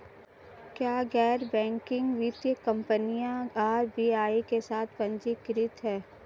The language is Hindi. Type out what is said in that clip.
क्या गैर बैंकिंग वित्तीय कंपनियां आर.बी.आई के साथ पंजीकृत हैं?